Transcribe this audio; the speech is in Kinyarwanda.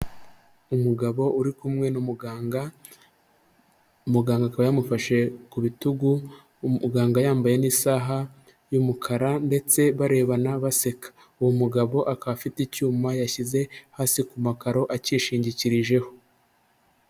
Umugabo uri kumwe n'umuganga, umuganga akaba yamufashe ku bitugu, umuganga yambaye n'isaha y'umukara ndetse barebana baseka, uwo mugabo akaba afite icyuma yashyize hasi ku makaro, akishingikirijeho.